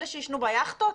אלה שיישנו ביכטות?